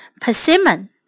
persimmon